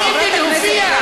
נותנים לי להופיע?